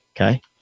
okay